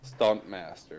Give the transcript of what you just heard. Stuntmaster